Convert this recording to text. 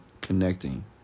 connecting